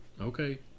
okay